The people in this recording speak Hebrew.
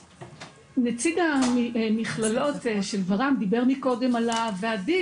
נציג המכללות של גברעם דיבר מקודם על הוועדים,